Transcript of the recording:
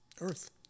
Earth